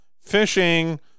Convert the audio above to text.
fishing